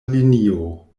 linio